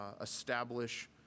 establish